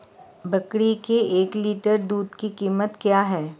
बकरी के एक लीटर दूध की कीमत क्या है?